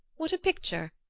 what a picture!